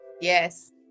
Yes